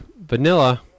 Vanilla